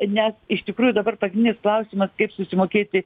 nes iš tikrųjų dabar pagrindinis klausimas kaip susimokėti